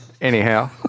Anyhow